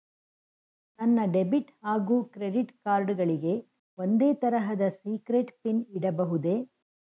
ನನ್ನ ಡೆಬಿಟ್ ಹಾಗೂ credit card ಗಳಿಗೆ ಒಂದೇ ತರಹದ ಸೀಕ್ರೇಟ್ ಪಿನ್ ಇಡಬಹುದೇ?